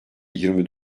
yirmi